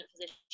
physician